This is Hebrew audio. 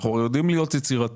אנחנו הרי יודעים להיות יצירתיים.